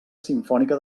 simfònica